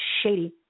shady